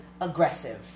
aggressive